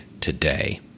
today